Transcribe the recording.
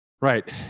Right